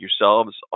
yourselves